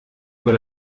über